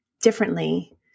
differently